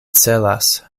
celas